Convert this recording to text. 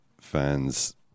fans